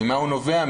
ממה הוא נובע?